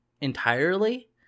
entirely